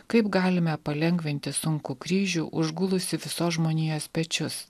kaip galime palengvinti sunkų kryžių užgulusi visos žmonijos pečius